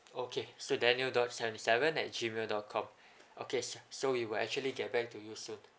okay so daniel dot seventy seven at G mail dot com okay sir so we will actually get back to you soon